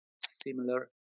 similar